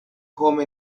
home